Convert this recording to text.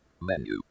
menu